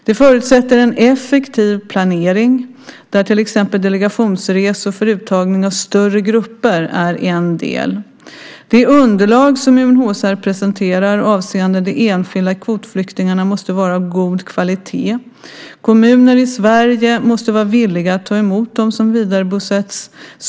Det förutsätter en effektiv planering, där till exempel delegationsresor för uttagning av större grupper är en del. Det underlag som UNHCR presenterar avseende de enskilda kvotflyktingarna måste vara av god kvalitet. Kommuner i Sverige måste vara villiga att ta emot dem som vidarebosätts.